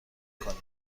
میکنید